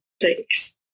Thanks